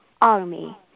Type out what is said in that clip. army